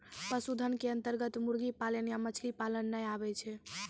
पशुधन के अन्तर्गत मुर्गी पालन या मछली पालन नाय आबै छै